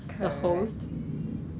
hawker centre eh